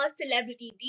celebrity